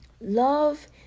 love